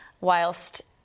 whilst